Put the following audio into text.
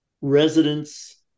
residents